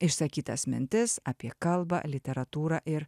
išsakytas mintis apie kalbą literatūrą ir